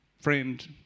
friend